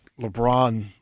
LeBron